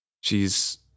She's